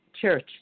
church